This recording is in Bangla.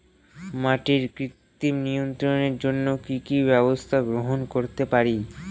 মাটির কৃমি নিয়ন্ত্রণের জন্য কি কি ব্যবস্থা গ্রহণ করতে পারি?